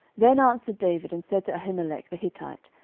then answered david and said to ahimelech the hittite,